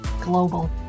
global